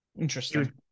Interesting